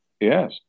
Yes